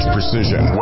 Precision